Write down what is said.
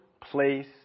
place